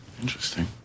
Interesting